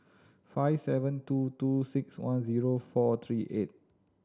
five seven two two six one zero four three eight